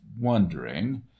wondering